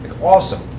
awesome.